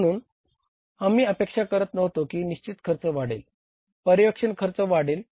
म्हणून आम्ही अपेक्षा करत नव्हतो की निश्चित खर्च वाढेल पर्यवेक्षण खर्च वाढेल